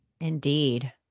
indeed